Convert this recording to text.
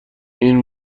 این